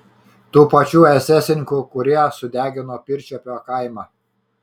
tų pačių esesininkų kurie sudegino pirčiupio kaimą